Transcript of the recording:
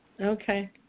okay